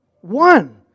One